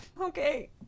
okay